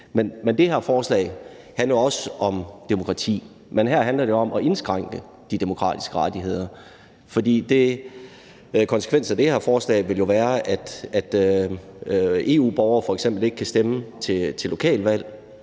Det her forslag handler også om demokrati, men her handler det om at indskrænke de demokratiske rettigheder, for konsekvensen af det her forslag vil jo være, at EU-borgere f.eks. ikke kan stemme til lokalvalg,